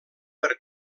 per